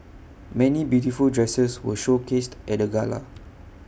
many beautiful dresses were showcased at the gala